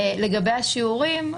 לגבי השיעורים,